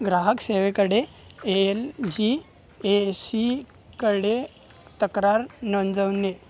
ग्राहक सेवेकडे A L G A सीकडे तक्रार नोंदवणे